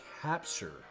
capture